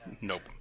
nope